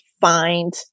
find